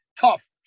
Tough